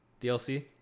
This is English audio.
DLC